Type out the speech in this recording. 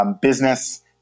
business